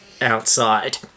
outside